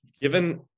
Given